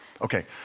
Okay